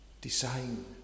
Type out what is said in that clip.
design